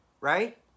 right